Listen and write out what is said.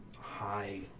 high